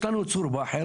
יש לנו את צור באהר,